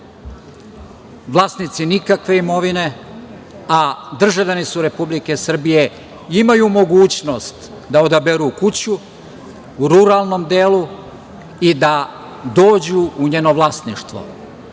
vlasnici nikakve imovine, a državljani su Republike Srbije, imaju mogućnost da odaberu kuću u ruralnom delu i da dođu u njeno vlasništvo. Republika